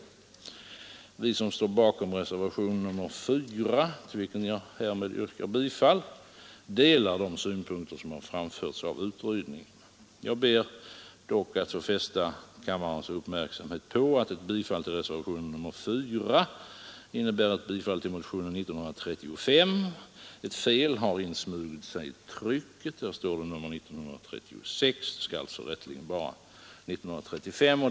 Vi som står bakom reservationen 4, till vilken jag härmed yrkar bifall, delar de synpunkter som har framförts av utredningen. Jag ber dock att få fästa kammarens uppmärksamhet på att ett bifall till reservationen 4 innebär ett bifall till motionen 1935. Ett fel har insmugit sig i trycket — där står det motionen 1936.